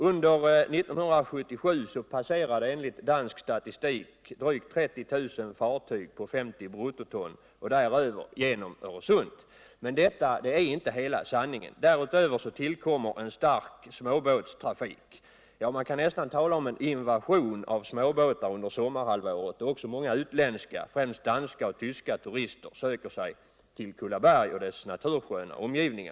Under 1977 passerade enligt dansk statistik drygt 30 000 fartyg på 50 bruttoton och däröver genom Öresund. Men detta är inte hela sanningen. Dänunöver ullkommer en stark småbåtstrafik — ja. man kan nästan tala om en invasion av småbåtar under sommarhalvåret. då också många utländska, främst danska och tyska, turister söker sig till Kullaberg och dess natursköna omgivningar.